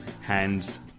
hands